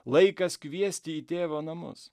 laikas kviesti į tėvo namus